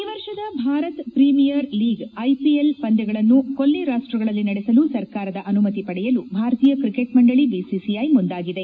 ಈ ವರ್ಷದ Bharat premier league IPL ಪಂದ್ದಗಳನ್ನು ಕೊಲ್ಲಿ ರಾಷ್ಟಗಳಲ್ಲಿ ನಡೆಸಲು ಸರ್ಕಾರದ ಅನುಮತಿ ಪಡೆಯಲು ಭಾರತೀಯ ಕ್ರಿಕೆಟ್ ಮಂಡಳಿ ಬಿಸಿಸಿಐ ಮುಂದಾಗಿದೆ